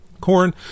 Corn